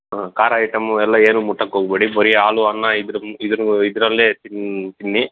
ಹಾಂ ಖಾರ ಐಟಮ್ಮು ಎಲ್ಲ ಏನು ಮುಟ್ಟಕೆ ಹೋಗ್ಬೇಡಿ ಬರಿ ಹಾಲು ಅನ್ನ ಇದೂ ಇದರಲ್ಲೇ ತಿನ್ನಿ ತಿನ್ನಿ